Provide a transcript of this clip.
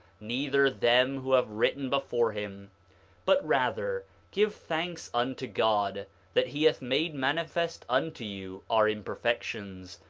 neither them who have written before him but rather give thanks unto god that he hath made manifest unto you our imperfections,